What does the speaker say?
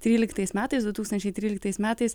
tryliktais metais du tūkstančiai tryliktais metais